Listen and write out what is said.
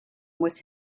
with